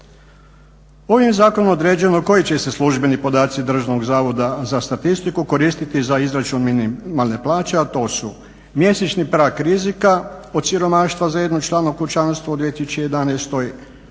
Ovim zakonom određeno je koji će se službeni podaci Državnog zavoda za statistiku koristiti za izračun minimalne plaće, a to su mjesečni prag rizika od siromaštva za jednočlano kućanstvo u 2011.,